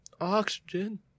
Oxygen